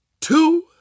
two